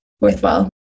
worthwhile